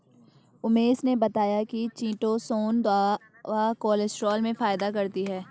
उमेश ने बताया कि चीटोसोंन दवा कोलेस्ट्रॉल में फायदा करती है